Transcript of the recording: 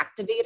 activator